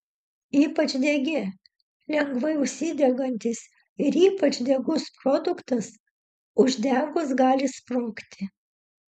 ypač degi lengvai užsidegantis ir ypač degus produktas uždegus gali sprogti